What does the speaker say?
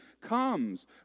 comes